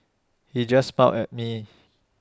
he just smiled at me